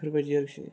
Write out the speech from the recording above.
बेबादि आरोखि